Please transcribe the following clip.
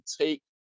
take